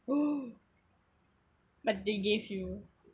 !whoa! but they gave you